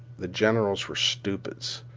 the generals were stupids.